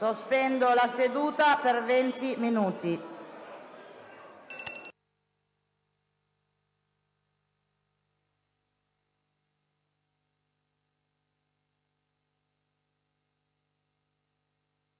Sospendo la seduta per venti minuti.